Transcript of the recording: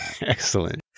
excellent